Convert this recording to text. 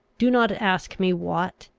do not ask me what.